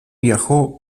viajó